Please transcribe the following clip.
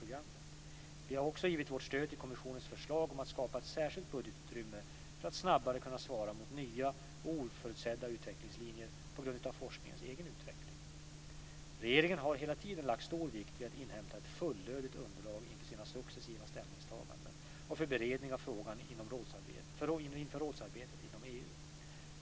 Vi har också givit vårt stöd till kommissionens förslag om att skapa ett särskilt budgetutrymme för att snabbare kunna svara mot nya och oförutsedda utvecklingslinjer på grund av forskningens egen utveckling. Regeringen har hela tiden lagt stor vikt vid att inhämta ett fullödigt underlag inför sina successiva ställningstaganden och för beredningen av frågan inför rådsarbetet inom EU.